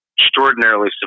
Extraordinarily